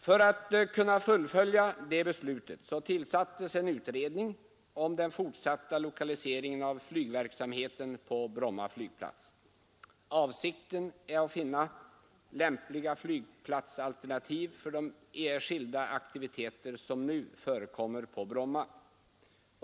För att kunna fullfölja detta beslut tillsattes en utredning om den fortsatta lokaliseringen av flygverksamheten på Bromma flygplats. Avsikten är att finna lämpliga flygplatsalternativ för de skilda aktiviteter som nu förekommer på Bromma.